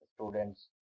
students